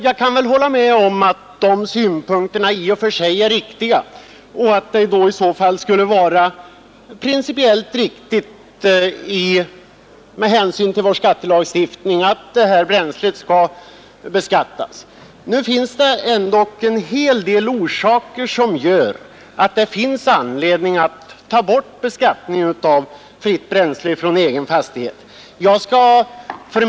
Jag kan hålla med om att de synpunkterna i och för sig är riktiga och att det då med hänsyn till vår skattelagstiftning är principiellt riktigt att bränslet beskattas. Det finns emellertid en hel del orsaker till att beskattningen av fritt bränsle från egen fastighet bör slopas.